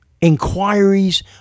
inquiries